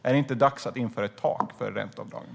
Är det inte dags att införa ett tak för ränteavdragen?